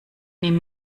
nimm